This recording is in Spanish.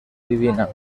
divina